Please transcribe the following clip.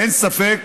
אין ספק,